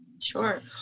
Sure